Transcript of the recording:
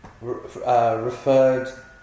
referred